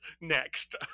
next